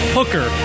Hooker